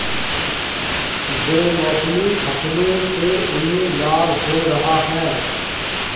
बेमौसमी फसलों से उन्हें लाभ हो रहा है